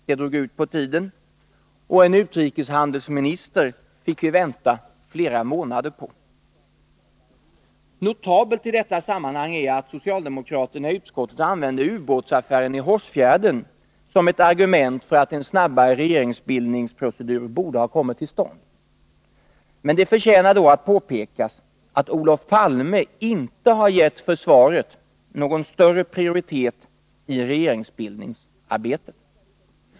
Det drog ut på tiden och en utrikeshandelsminister fick vi vänta flera månader på. Notabelt i detta sammanhang är att socialdemokraterna i utskottet använder affären med ubåten i Hårsfjärden som ett argument för att en snabbare regeringsbildningsprocedur borde ha kommit till stånd. Men det förtjänar då påpekas att Olof Palme inte har gett försvaret någon större prioritet i regeringsbildningsarbetet.